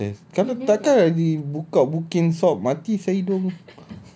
ya swab test kalau tak kan I pergi book out book in swab mati sia hidung